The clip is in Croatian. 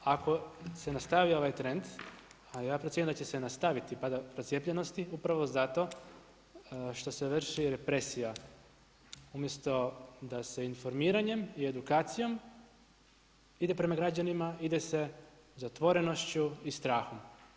Ako se nastavi ovaj trend, a ja procjenjujem da će se nastaviti procijepljenosti upravo zato što se vrši represija, umjesto da se informiranjem i edukacijom ide prema građanima, ide se zatvorenošću i strahom.